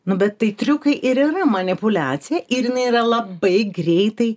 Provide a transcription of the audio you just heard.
nu bet tai triukai ir manipuliacija ir jinai yra labai greitai